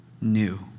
new